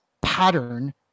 pattern